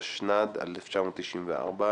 התשנ"ד-1994,